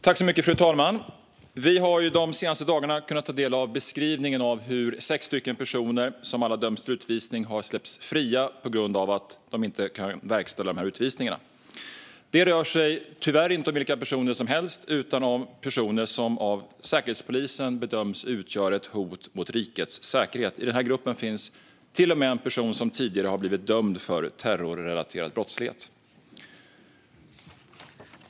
Fru talman! Vi har de senaste dagarna kunnat ta del av hur sex personer som alla har dömts till utvisning har släppts fria på grund av att utvisningarna inte kan verkställas. Det rör sig tyvärr inte om vilka personer som helst utan om personer som av Säkerhetspolisen bedöms utgöra ett hot mot rikets säkerhet. I den här gruppen finns till och med en person som tidigare har blivit dömd för terrorrelaterad brottslighet.